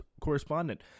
correspondent